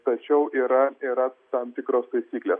tačiau yra yra tam tikros taisyklės